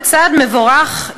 בצעד מבורך,